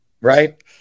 right